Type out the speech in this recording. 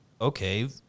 okay